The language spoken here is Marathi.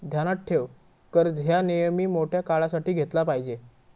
ध्यानात ठेव, कर्ज ह्या नेयमी मोठ्या काळासाठी घेतला पायजे